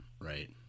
Right